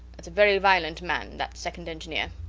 thats a very violent man, that second engineer.